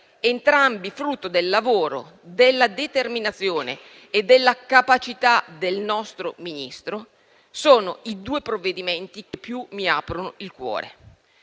entrambi frutto del lavoro, della determinazione e della capacità del Ministro, sono i due che più mi aprono il cuore.